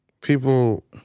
people